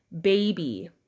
baby